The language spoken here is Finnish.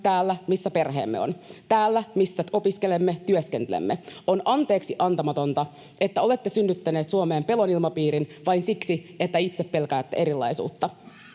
täällä, missä perheemme on; täällä, missä opiskelemme ja työskentelemme. On anteeksiantamatonta, että olette synnyttäneet Suomeen pelon ilmapiirin vain siksi, että itse pelkäätte erilaisuutta.